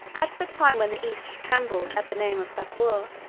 at the time when the east trembled at the name of sapor,